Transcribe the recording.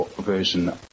version